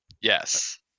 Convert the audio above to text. Yes